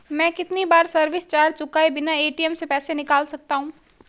मैं कितनी बार सर्विस चार्ज चुकाए बिना ए.टी.एम से पैसे निकाल सकता हूं?